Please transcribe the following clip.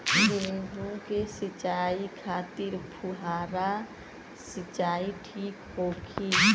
गेहूँ के सिंचाई खातिर फुहारा सिंचाई ठीक होखि?